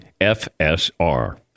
FSR